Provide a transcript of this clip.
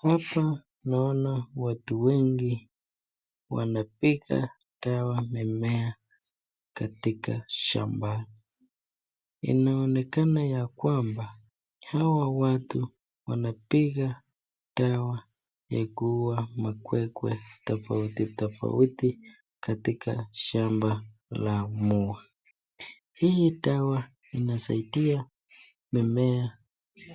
Hapa naona watu wengi wanipiga dawa mimea katika shamba. Inaonekana ya kwamba hawa watu wanipiga dawa ya kuua makwekwe tofauti tofauti katika shamba la muwa hii dawa inasaidia mimea